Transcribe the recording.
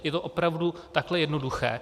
Je to opravdu takhle jednoduché.